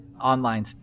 online